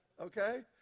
Okay